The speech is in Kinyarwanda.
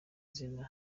izina